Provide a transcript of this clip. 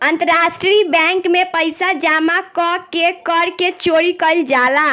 अंतरराष्ट्रीय बैंक में पइसा जामा क के कर के चोरी कईल जाला